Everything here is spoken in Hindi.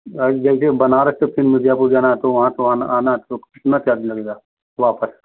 जैसे बनारस से फिर मिर्ज़ापुर जाना है तो वहाँ से आना है तो कितना चार्ज लगेगा वापस